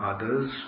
Others